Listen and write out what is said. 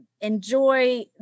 enjoy